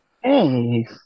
Hey